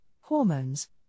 hormones